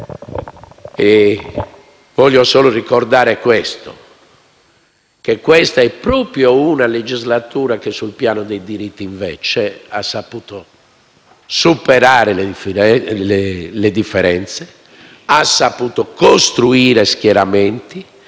Voglio solo ricordare che questa è proprio una legislatura che, sul piano dei diritti, invece, ha saputo superare le differenze, costruire schieramenti,